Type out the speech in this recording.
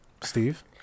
Steve